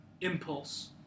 impulse